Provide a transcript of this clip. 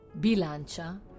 Bilancia